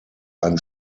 ein